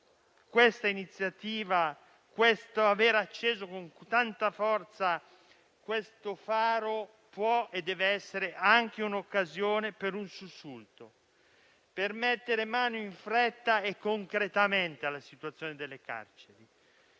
questa iniziativa, l'aver acceso con tanta forza questo faro, possa e debba essere anche un'occasione per un sussulto, per mettere mano in fretta e concretamente alla situazione delle carceri.